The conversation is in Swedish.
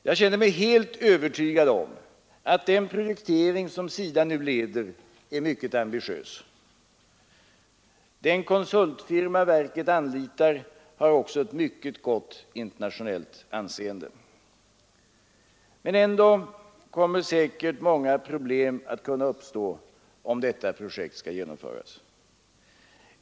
Jag känner mig helt övertygad om att den projektering som SIDA nu leder är mycket ambitiös. Den konsultfirma verket anlitar har också ett mycket gott internationellt anseende. Men ändå kommer säkert många problem att uppstå, om detta projekt skall genomföras.